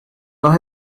dos